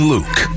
Luke